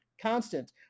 constant